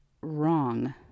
wrong